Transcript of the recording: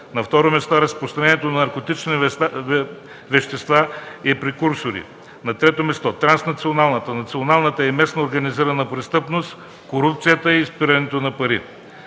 на второ място, разпространението на наркотични вещества и прекурсори; на трето място, транснационалната, националната и местна организирана престъпност, корупцията и изпирането на пари;